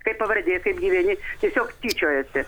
kaip pavardė kaip gyveni tiesiog tyčiojosi